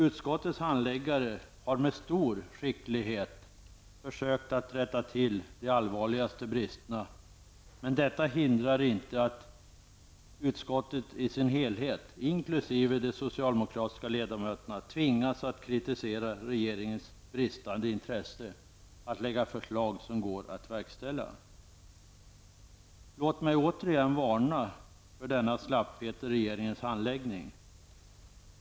Utskottets handläggare har med stor skicklighet försökt att rätta till de allvarligaste bristerna. Men detta hindrar inte att utskottet i sin helhet, inkl. de socialdemokratiska ledamöterna, tvingas kritisera regeringens bristande intresse för att lägga fram förslag som går att verkställa. Låt mig återigen varna för denna slapphet i regeringens handläggning.